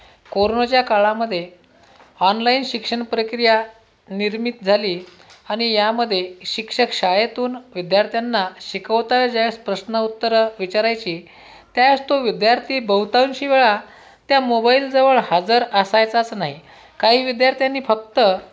कोरोनाच्या काळामधे ऑनलाइन शिक्षणप्रक्रिया निर्मित झाली आणि यामध्ये शिक्षक शाळेतून विद्यार्थ्यांना शिकवता ज्या वेळेस प्रश्नउत्तर विचारायची त्यावेळेस तो विद्यार्थी बहुतांशीवेळा त्या मोबाइलजवळ हजर असायचाच नाही काही विद्यार्थ्यांनी फक्त